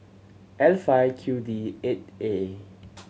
L five Q D eight A